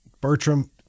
Bertram